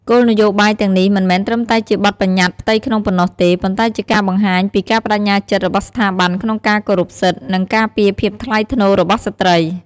គោលនយោបាយទាំងនេះមិនមែនត្រឹមតែជាបទប្បញ្ញត្តិផ្ទៃក្នុងប៉ុណ្ណោះទេ ប៉ុន្តែជាការបង្ហាញពីការប្តេជ្ញាចិត្តរបស់ស្ថាប័នក្នុងការគោរពសិទ្ធិ និងការពារភាពថ្លៃថ្នូររបស់ស្ត្រី។